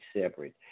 separate